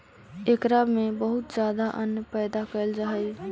एकरा में बहुत ज्यादा अन्न पैदा कैल जा हइ